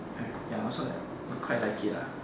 like ya also like mm quite like it lah